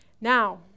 Now